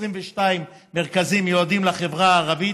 22 מרכזים מיועדים לחברה הערבית,